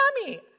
Mommy